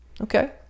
okay